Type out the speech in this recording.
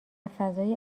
فضای